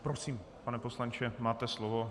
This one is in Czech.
Prosím, pane poslanče, máte slovo.